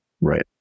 Right